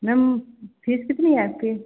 ma'am fees कितनी है आपकी